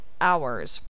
hours